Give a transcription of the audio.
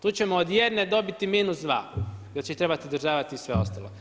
Tu ćemo od jedne dobiti minus 2, jer će ih trebati održavati i sve ostalo.